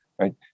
right